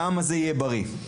והעם הזה יהיה בריא.